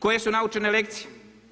Koje su naučene lekcije?